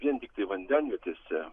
vien tiktai vandenvietėse